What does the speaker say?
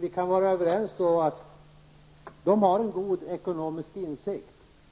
Vi kan vara överens om att arbetsgivarna har en god ekonomisk insikt.